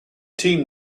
team